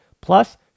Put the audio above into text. Plus